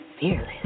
fearless